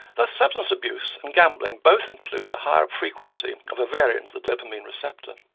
thus substance abuse and gambling both include a higher frequency of a variant of the dopamine receptor.